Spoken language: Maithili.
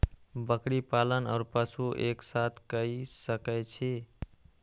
बकरी पालन ओर पशु एक साथ कई सके छी?